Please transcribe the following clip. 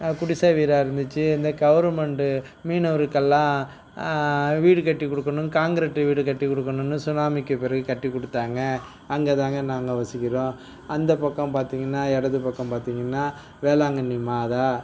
குடிசை வீடாக இருந்துச்சு இந்த கவர்மெண்ட்டு மீனவருக்கெல்லாம் வீடு கட்டி கொடுக்கணுன்னு கான்க்ரீட்டு வீடு கட்டி கொடுக்கணுன்னு சுனாமிக்கு பிறகு கட்டி கொடுத்தாங்க அங்கே தாங்க நாங்கள் வசிக்கிறோம் அந்த பக்கம் பார்த்தீங்கன்னா இடது பக்கம் பார்த்தீங்கன்னா வேளாங்கண்ணி மாதா